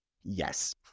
Yes